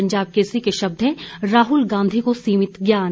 पंजाब केसरी के शब्द हैं राहुल गांधी को सीमित ज्ञान